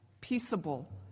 peaceable